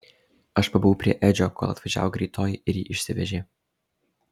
aš pabuvau prie edžio kol atvažiavo greitoji ir jį išsivežė